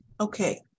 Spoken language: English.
Okay